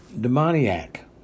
demoniac